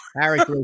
harry